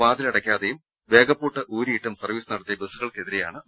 വാതി ലടയ്ക്കാതെയും വേഗപ്പൂട്ട് ഊരിയിട്ടും സർവീസ് നടത്തിയ ബസുകൾക്കെ തിരെയാണ് നടപടി